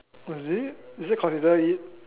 oh is it is it considered it